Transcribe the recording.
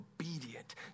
obedient